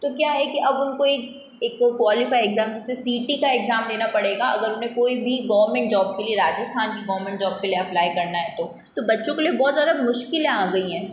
तो क्या है कि अब उनको एक एक वो क्वालिफ़ाई एग्ज़ाम जैसे सीईटी का एग्ज़ाम देना पड़ेगा अगर उनमें कोई भी गौमेंट जॉब के लिए राजस्थान की गौमेंट जॉब को लिए अप्लाए करना है तो तो बच्चों के लिए बहुत ज़्यादा मुश्किलें आ गई हैं